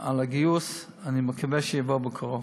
על הגיוס, אני מקווה שיעבור בקרוב.